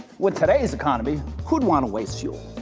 with today's economy who'd want to waste fuel?